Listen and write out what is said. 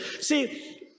See